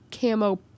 camo